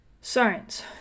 science